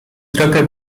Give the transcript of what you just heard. drogę